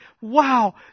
Wow